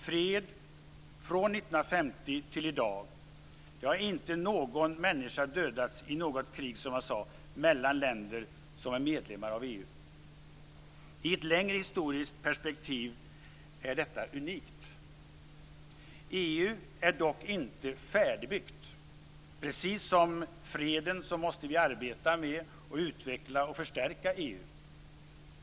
Från 1950 och fram till i dag har inte, som sagt, någon människa dödats i något krig mellan länder som är medlemmar av EU. I ett längre historiskt perspektiv är detta unikt. EU är dock inte färdigbyggt. Precis som freden måste vi arbeta med att utveckla och förstärka EU.